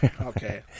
Okay